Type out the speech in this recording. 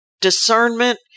Discernment